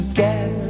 get